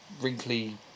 wrinkly